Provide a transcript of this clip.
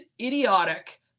idiotic